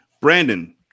Brandon